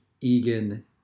Egan